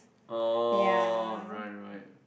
oh right right